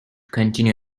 continue